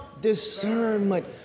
discernment